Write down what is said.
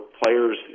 players